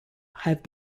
have